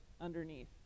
underneath